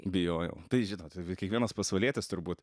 bijojau tai žinot kiekvienas pasvalietis turbūt